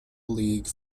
league